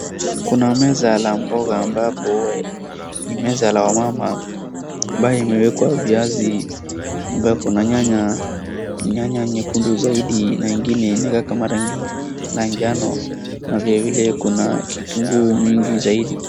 Kuna meza la mboga ambapo ni meza la wamama ambaye imewekwa viazi, ambayo kuna nyanya nyanya nyekundu zaidi na ingine ina kama rangi ya njano na vilevile kuna kitunguu mingi zaidi.